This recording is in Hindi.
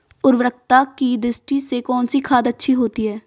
उर्वरकता की दृष्टि से कौनसी खाद अच्छी होती है?